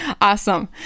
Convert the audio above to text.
Awesome